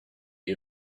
you